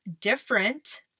different